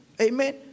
Amen